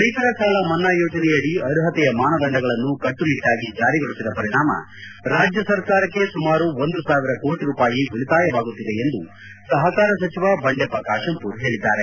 ರೈತರ ಸಾಲ ಮನ್ನಾ ಯೋಜನೆಯಡಿ ಅರ್ಹತೆಯ ಮಾನದಂಡಗಳನ್ನು ಕಟ್ಟುನಿಟ್ಟಾಗಿ ಜಾರಿಗೊಳಿಸಿದ ಪರಿಣಾಮ ರಾಜ್ಯ ಸರ್ಕಾರಕ್ಕೆ ಸುಮಾರು ಒಂದು ಸಾವಿರ ಕೋಟ ರೂಪಾಯಿ ಉಳಿತಾಯವಾಗುತ್ತಿದೆ ಎಂದು ಸಹಕಾರ ಸಚಿವ ಬಂಡೆಪ್ಪ ಕಾಶಂಪೂರ್ ಹೇಳಿದ್ದಾರೆ